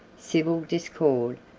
civil discord,